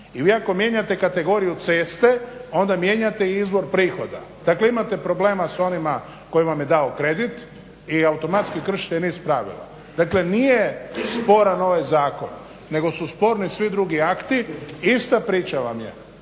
kad mijenjate kategoriju ceste onda mijenjate izvor prihoda. Dakle imate problema s onima koji vam je dao kredit i automatski kršite niz pravila. Dakle nije sporan ovaj zakon nego su sporni svi drugi akti. Ista priča vam je